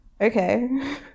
okay